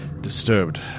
disturbed